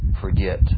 forget